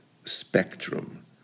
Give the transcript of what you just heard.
spectrum